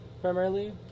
Primarily